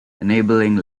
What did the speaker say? enabling